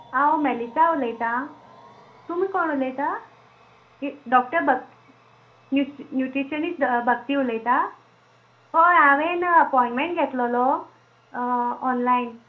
आंव मॅलिसा उलयतां तुमी कोण उलयता ई डॉक्टर ब न्यु न्युट्रिशनिस्ट द भक्ती उलयता हय हांवेन अपॉयणमॅण घेतलोलो ऑनलायन